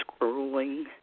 Scrolling